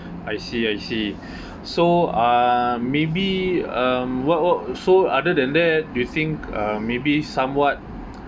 I see I see so uh maybe um what what so other than that you think uh maybe somewhat